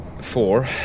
four